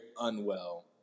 unwell